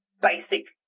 basic